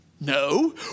No